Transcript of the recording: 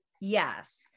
Yes